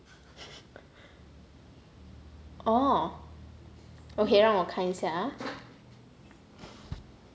orh okay 让我看一下 ah